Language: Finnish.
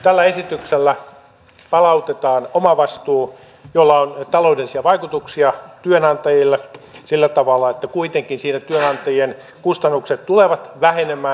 tällä esityksellä palautetaan omavastuu millä on taloudellisia vaikutuksia työnantajille sillä tavalla että kuitenkin siinä työnantajien kustannukset tulevat vähenemään